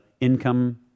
income